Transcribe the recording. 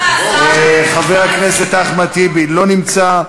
חבר הכנסת אחמד טיבי, לא נמצא.